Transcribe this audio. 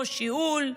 פה שיעול.